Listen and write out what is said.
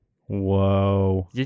Whoa